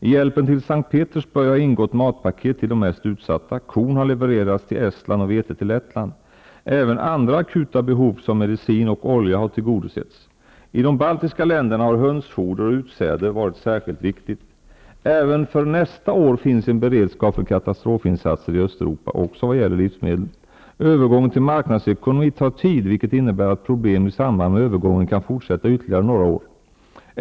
I hjälpen till S:t Petersburg har ingått matpaket till de mest utsatta, korn har levererats till Estland och vete till Lettland. Även andra akuta behov som medicin och olja har tillgo dosetts. I de baltiska länderna har hönsfoder och utsäde varit särskilt viktigt. Även för nästa år finns en beredskap för katastrofinsatser i Östeuropa -- också vad gäller livsmedel. Övergången till marknadsekonomi tar tid, vilket innebär att problem i samband med övergången kan fortsätta ytterligare några år.